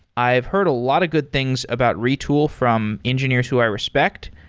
i've heard a lot of good things about retool from engineers who i respect.